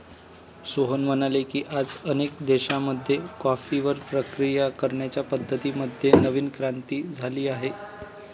सोहन म्हणाले की, आज अनेक देशांमध्ये कॉफीवर प्रक्रिया करण्याच्या पद्धतीं मध्ये नवीन क्रांती झाली आहे